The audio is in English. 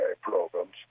programs